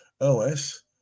OS